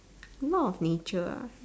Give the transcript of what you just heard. law of nature ah